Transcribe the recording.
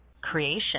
creation